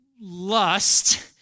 lust